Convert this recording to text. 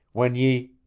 when ye